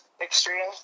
extreme